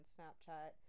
Snapchat